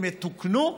הם יתוקנו,